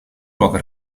wakker